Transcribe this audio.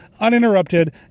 uninterrupted